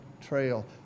trail